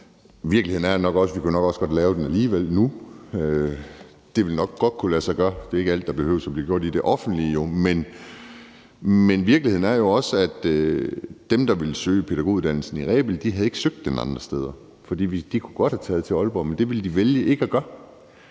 kunne lave den alligevel nu. Det ville nok godt kunne lade sig gøre. Det er jo ikke alt, der behøver at blive gjort i det offentlige. Men virkeligheden er jo også, at dem, der ville søge pædagoguddannelsen i Rebild, ikke havde søgt den andre steder. De kunne godt have taget til Aalborg, men det ville de vælge ikke at gøre.